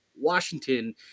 Washington